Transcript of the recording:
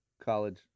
college